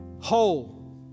Whole